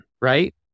Right